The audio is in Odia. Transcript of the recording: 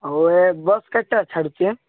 ହଉ ଏ ବସ୍ କେତେଟାରେ ଛାଡ଼ୁଛି ହେ